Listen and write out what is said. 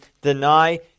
deny